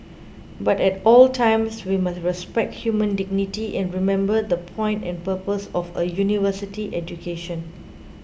but at all times we must respect human dignity and remember the point and purpose of a University education